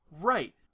Right